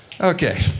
okay